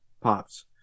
Pops